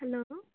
hello